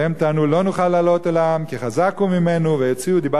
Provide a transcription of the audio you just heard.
והם טענו: "לא נוכל לעלות אל העם כי חזק הוא ממנו ויוציאו דִבת